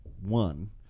one